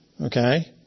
Okay